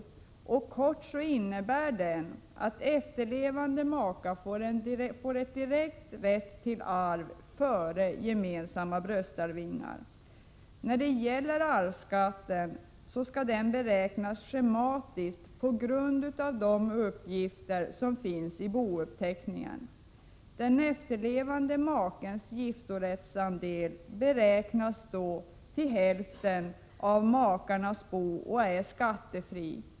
Kort uttryckt innebär den att efterlevande make får en en direkt rätt till arv före gemensamma bröstarvingar. Arvsskatten skall beräknas schematiskt på grundval av de uppgifter som finns i bouppteckningen. Den efterlevande makens giftorättsandel beräknas då till hälften av makarnas bo och är skattefri.